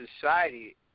society